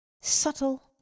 Subtle